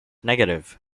negative